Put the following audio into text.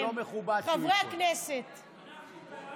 חברי הכנסת,